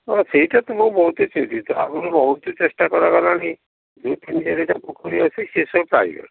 ହଁ ସେଇଥିରେ ତ ମୁଁ ବଞ୍ଚିଛି ଯାହା ଚେଷ୍ଟା କରାଗଲାଣି ଯେଉଁ ତିନି ଚାରିଟା ପୋଖରୀ ଅଛି ସେସବୁ ପାଇଗଲା